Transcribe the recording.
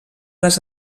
les